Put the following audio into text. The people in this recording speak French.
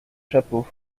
chapeaux